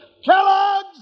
Kellogg's